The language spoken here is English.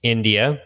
India